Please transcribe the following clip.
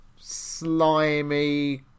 slimy